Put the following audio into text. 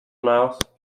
mouse